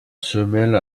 semelle